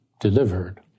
delivered